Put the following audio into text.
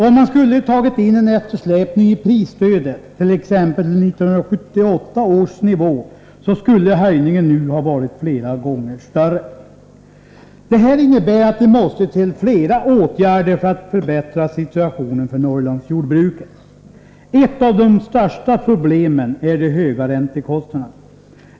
Om man skulle ha tagit in eftersläpningen i prisstödet, t.ex. i förhållande till 1978 års nivå, skulle höjningen nu ha varit flera gånger större. Det måste därför till ytterligare åtgärder för att förbättra situationen för Norrlandsjordbruket. Ett av de största problemen är de höga räntekostna derna.